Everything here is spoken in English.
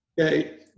Okay